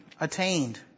attained